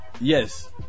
Yes